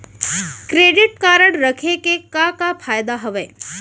Credit card रखे के का का फायदा हवे?